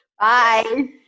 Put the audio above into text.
Bye